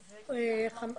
אוקיי.